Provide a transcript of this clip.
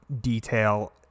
detail